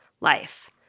life